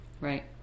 Right